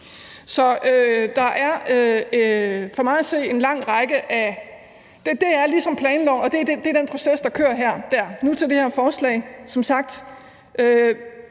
Så der er for mig at se en lang række ting, altså, det er ligesom planloven og den proces, der kører. I forhold til det her forslag: Jeg synes